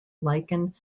lichen